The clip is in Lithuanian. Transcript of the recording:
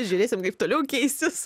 žiūrėsim kaip toliau keisis